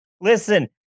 Listen